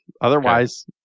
Otherwise